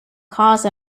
cause